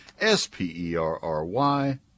S-P-E-R-R-Y